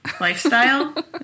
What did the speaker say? lifestyle